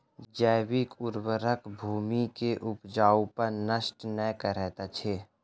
जैविक उर्वरक भूमि के उपजाऊपन नष्ट नै करैत अछि